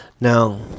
Now